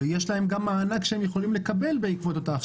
ויש להם גם מענק שהם יכולים לקבל בעקבות אותה הכשרה.